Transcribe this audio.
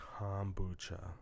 Kombucha